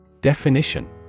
Definition